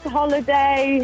holiday